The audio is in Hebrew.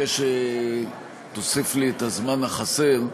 אבקש שתוסיף לי את הזמן החסר.